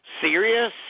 serious